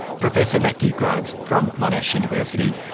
professor matthew groves from monash university.